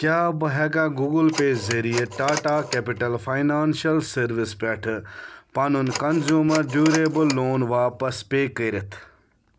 کیٛاہ بہٕ ہٮ۪کا گوٗگٕل پے ذٔریعہٕ ٹاٹا کٮ۪پِٹَل فاینانشَل سٔروِس پٮ۪ٹھٕ پَنُن کنزیوٗمَر ڈیوٗریبٕل لون واپس پے کٔرِتھ